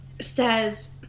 says